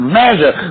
measure